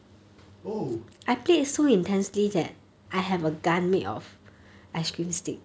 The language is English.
oh